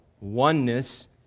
oneness